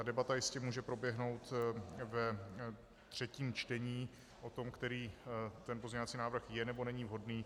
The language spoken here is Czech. Debata jistě může proběhnout ve třetím čtení o tom, který ten pozměňovací návrh je nebo není vhodný.